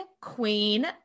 queen